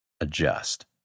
adjust